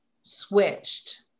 switched